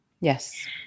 Yes